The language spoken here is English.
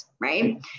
Right